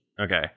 Okay